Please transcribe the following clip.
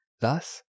Thus